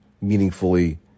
meaningfully